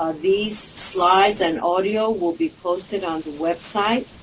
ah these slides and audio will be posted on the website.